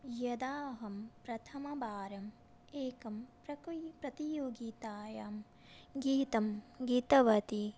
यदा अहं प्रथमवारम् एकं प्रकुय् प्रतियोगितायां गीतं गीतवती